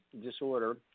disorder